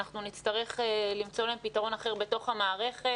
אנחנו נצטרך למצוא להם פתרון אחר בתוך המערכת.